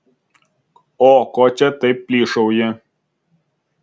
o ko čia taip plyšauji